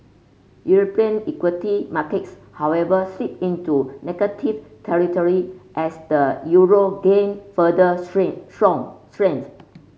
European equity markets however slipped into negative territory as the euro gained further strength strong strength